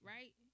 Right